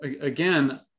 again